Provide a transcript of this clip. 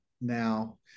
now